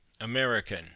American